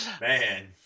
man